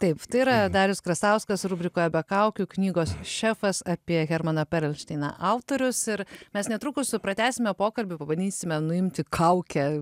taip tai yra darius krasauskas rubrikoje be kaukių knygos šefas apie hermaną perelšteiną autorius ir mes netrukus pratęsime pokalbį pabandysime nuimti kaukę